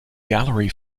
gallery